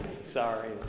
sorry